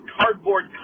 cardboard